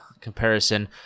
comparison